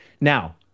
Now